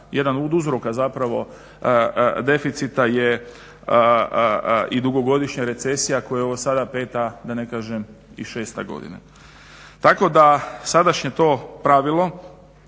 jedan od uzroka zapravo deficita je i dugogodišnja recesija kojoj je ovo sada peta, da ne kažem i šesta godina. Tako da, sadašnje to pravilo,